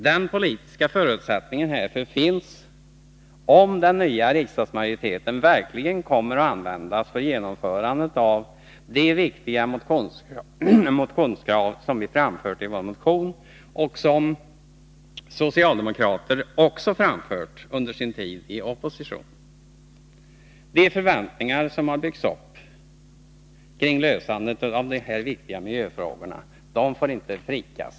Den politiska förutsättningen härför finns om den nya riksdagsmajoriteten verkligen används för genomförande av de viktiga motionskrav som vi framfört i vår motion och som socialdemokrater också framfört under sin tid i opposition. De förväntningar som har byggts upp kring lösandet av dessa viktiga miljöfrågor får inte svikas!